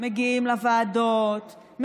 מגיעים לוועדות,